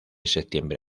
septiembre